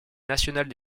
nationale